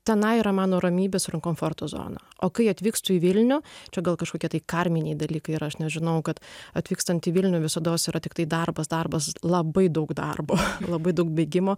tenai yra mano ramybės komforto zona o kai atvykstu į vilnių čia gal kažkokie tai karminiai dalykai ir aš nežinojau kad atvykstant į vilnių visados yra tiktai darbas darbas labai daug darbo labai daug bėgimo